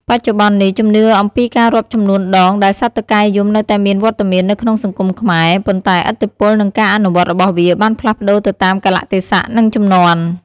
បច្ចុប្បន្ននេះ ជំនឿអំពីការរាប់ចំនួនដងដែលសត្វតុកែយំនៅតែមានវត្តមាននៅក្នុងសង្គមខ្មែរ ប៉ុន្តែឥទ្ធិពល និងការអនុវត្តរបស់វាបានផ្លាស់ប្ដូរទៅតាមកាលៈទេសៈ និងជំនាន់។